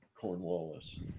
Cornwallis